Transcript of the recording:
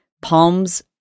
palms